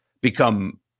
become –